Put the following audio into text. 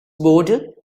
border